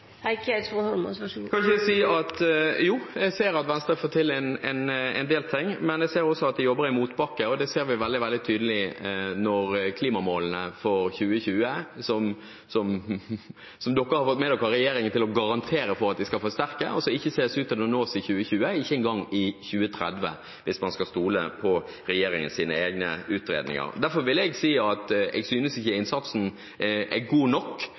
jeg ser at Venstre får til en del ting, men jeg ser også at de jobber i motbakke. Det ser vi veldig, veldig tydelig når det gjelder klimamålene for 2020, som Venstre har fått med regjeringen til å garantere for at man skal forsterke, og som ikke ses ut til å nås i 2020, ikke en gang i 2030, hvis man skal stole på regjeringens egne utredninger. Derfor vil jeg si at jeg ikke synes innsatsen er god nok.